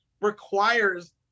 requires